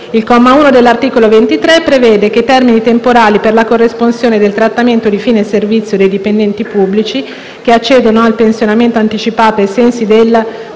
Il comma 1 dell'articolo 23 prevede che i termini temporali per la corresponsione del trattamento di fine servizio dei dipendenti pubblici che accedono al pensionamento anticipato ai sensi del